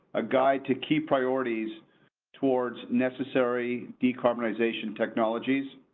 a guide to key priorities towards necessary decarbonization technologies.